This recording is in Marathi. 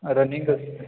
रनिंग असते